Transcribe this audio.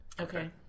Okay